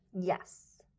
Yes